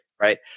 right